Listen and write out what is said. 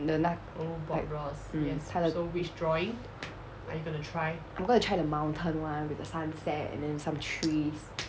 的那 like mm 他的 I'm gonna to try the mountain one with a sunset and then some trees